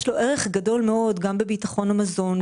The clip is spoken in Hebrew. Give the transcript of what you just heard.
יש לו ערך גדול מאוד גם בביטחון המזון,